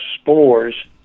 spores